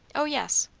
o yes.